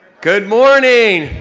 good morning!